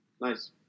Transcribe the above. Nice